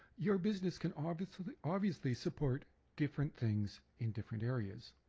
your business can obviously obviously support different things in different areas.